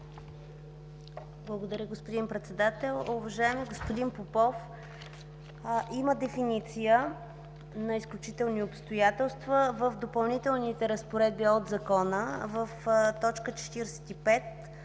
Благодаря, господин Председател. Уважаеми господин Попов, има дефиниция на „изключителни обстоятелства” в Допълнителните разпоредби на Закона. В т. 45